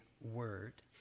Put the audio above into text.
word